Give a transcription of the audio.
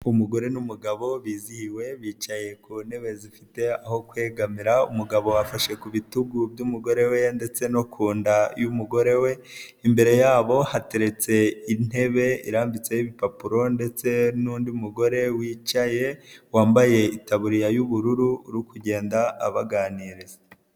Umugore n'umugabo bizihiwe bicaye ku ntebe zifite aho kwegamira, umugabo afashe ku bitugu by'umugore we ndetse no ku nda y'umugore we, imbere yabo hateretse intebe irambitseho ibipapuro ndetse n'undi mugore wicaye, wambaye itaburiya y'ubururu uri kugenda abaganiriza.